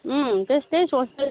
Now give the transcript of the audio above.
उम्म त्यस्तै सोच्दै